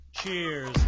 Cheers